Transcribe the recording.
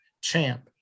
champ